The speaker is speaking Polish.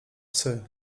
psy